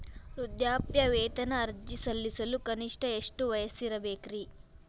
ವೃದ್ಧಾಪ್ಯವೇತನ ಅರ್ಜಿ ಸಲ್ಲಿಸಲು ಕನಿಷ್ಟ ಎಷ್ಟು ವಯಸ್ಸಿರಬೇಕ್ರಿ?